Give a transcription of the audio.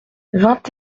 vingt